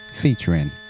featuring